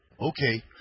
Okay